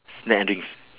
snack and drinks